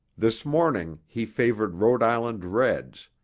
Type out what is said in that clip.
this morning he favored rhode island reds,